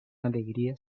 alegría